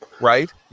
right